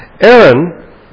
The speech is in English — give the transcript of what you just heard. Aaron